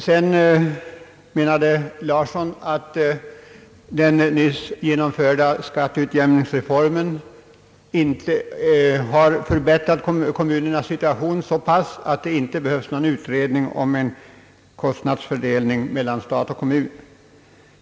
Herr Larsson menade att den nyss genomförda <skatteutjämningsreformen har förbättrat kommunernas situation så pass att det inte behövs någon utredning nu om en kostnadsfördelning mellan stat och kommun.